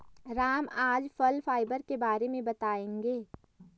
राम आज फल फाइबर के बारे में बताएँगे